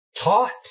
taught